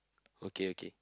okay okay